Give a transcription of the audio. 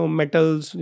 metals